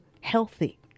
healthy